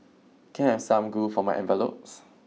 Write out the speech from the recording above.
can have some glue for my envelopes